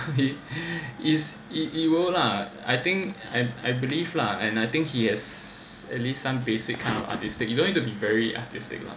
he he is it it would lah I think and I believe lah and I think he is has least some basic kind of artistic you don't need to be very artistic lah